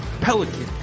Pelican